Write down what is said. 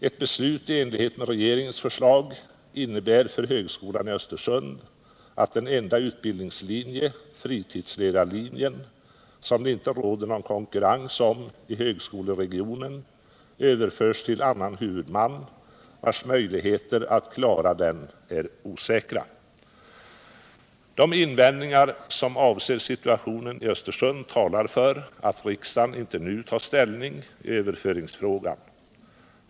Ett beslut i enlighet med regeringens förslag innebär för högskolan i Östersund att den enda utbildningslinje — fritidsledarlinjen — som det inte råder någon konkurrens om i högskoleregionen överförs till annan huvudman, vars möjligheter att klara den är osäkra. De invändningar som avser situationen i Östersund talar för att riksdagen inte nu tar ställning i överföringsfrågan.